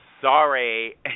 Sorry